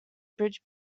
bridge